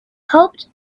hoped